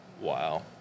Wow